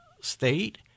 state